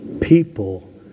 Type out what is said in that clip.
People